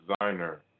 designer